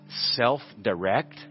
self-direct